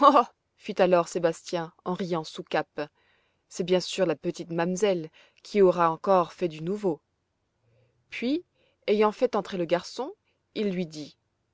fit alors sébastien en riant sous cape c'est bien sûr la petite mamselle qui aura encore fait du nouveau puis ayant fait entrer le garçon il lui dit